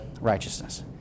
righteousness